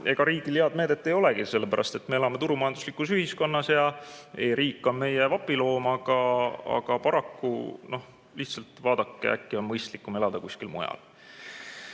ega riigil head meedet ei olegi, sellepärast et me elame turumajanduslikus ühiskonnas. Ja e-riik on küll meie vapiloom, aga paraku, noh, lihtsalt vaadake, äkki on mõistlikum elada kuskil mujal.